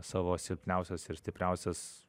savo silpniausias ir stipriausias